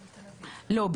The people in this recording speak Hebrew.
לא,